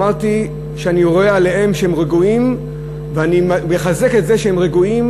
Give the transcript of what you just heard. אמרתי שאני רואה עליהם שהם רגועים ואני מחזק את זה שהם רגועים.